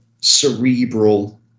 cerebral